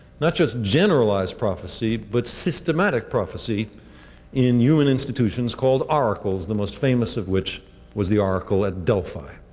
not just generalized prophecy but systematic prophecy in human institutions called oracles, the most famous of which was the oracle at delphi.